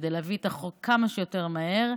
כדי להביא את החוק כמה שיותר מהר.